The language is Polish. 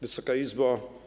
Wysoka Izbo!